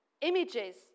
images